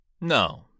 No